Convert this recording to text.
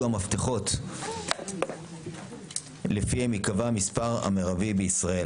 המפתחות לפיהם ייקבע המספר המרבי בישראל.